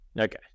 Okay